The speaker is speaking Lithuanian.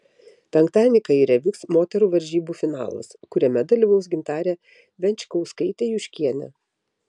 penktadienį kaire vyks moterų varžybų finalas kuriame dalyvaus gintarė venčkauskaitė juškienė